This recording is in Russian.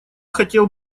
хотел